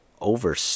over